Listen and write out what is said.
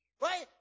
right